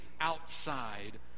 outside